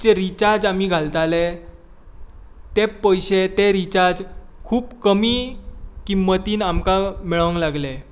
जे recharge आमी घालताले ते पयशे ते रिचार्ज खूब कमी किम्मतीन आमकां मेळोंक लागलें